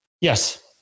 Yes